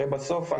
הרי בסוף,